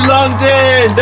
London